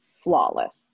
flawless